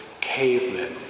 cavemen